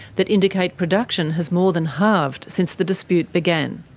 that indicate production has more than halved since the dispute began.